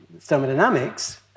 thermodynamics